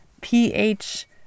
pH